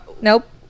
Nope